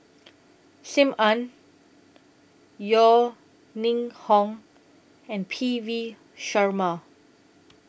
SIM Ann Yeo Ning Hong and P V Sharma